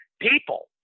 people